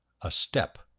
a step.